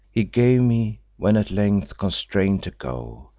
he gave me, when at length constrain'd to go,